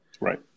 Right